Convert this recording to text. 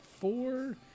four